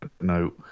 No